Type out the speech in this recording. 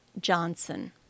Johnson